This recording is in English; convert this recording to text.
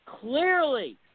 clearly